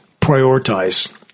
prioritize